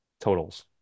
totals